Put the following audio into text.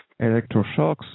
electroshocks